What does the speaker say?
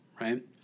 right